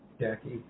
Jackie